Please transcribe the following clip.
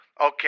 Okay